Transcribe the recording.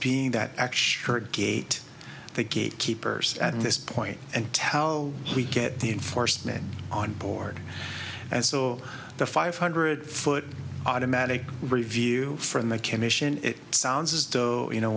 being that extra gate the gate keepers at this point and tell we get the enforcement on board and so the five hundred foot automatic review from the commission it sounds as though you know